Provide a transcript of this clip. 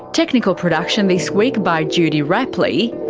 technical production this week by judy rapley,